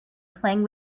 playing